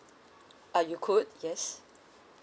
uh you could yes